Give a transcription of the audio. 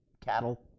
cattle